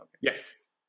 Yes